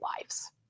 lives